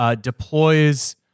Deploys